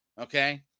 okay